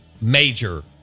major